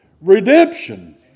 redemption